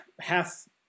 half